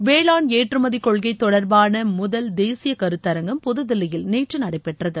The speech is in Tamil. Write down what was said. வேளாண் ஏற்றுமதி கொள்கை தொடர்பான முதல் தேசிய கருத்தரங்கம் புதுதில்லியில் நேற்று நடைபெற்றது